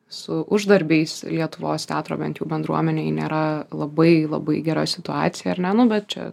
su uždarbiais lietuvos teatro bent jau bendruomenėj nėra labai labai gera situacija ar ne nu bet čia